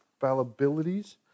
fallibilities